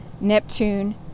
Neptune